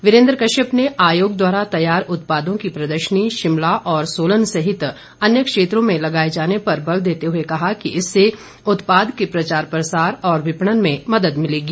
वीरेन्द्र कश्यप ने आयोग द्वारा तैयार उत्पादों की प्रदर्शनी शिमला और सोलन सहित अन्य क्षेत्रों में लगाए जाने पर बल देते हुए कहा कि इससे उत्पाद के प्रचार प्रसार और विपणन में मदद मिलेगी